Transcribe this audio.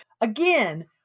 Again